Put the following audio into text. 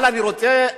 אבל אני רוצה לומר: